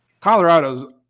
Colorado's